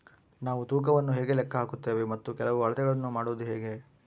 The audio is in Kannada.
ನಾವು ತೂಕವನ್ನು ಹೇಗೆ ಲೆಕ್ಕ ಹಾಕುತ್ತೇವೆ ಮತ್ತು ಕೆಲವು ಅಳತೆಗಳನ್ನು ಮಾಡುವುದು ಹೇಗೆ?